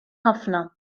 ħafna